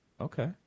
Okay